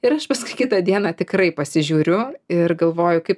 ir aš paskui kitą dieną tikrai pasižiūriu ir galvoju kaip